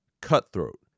Cutthroat